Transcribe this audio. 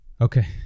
Okay